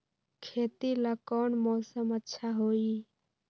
खेती ला कौन मौसम अच्छा होई?